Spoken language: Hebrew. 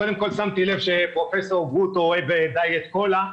קודם כל שמתי לב שפרופ' גרוטו אוהב דיאט קולה,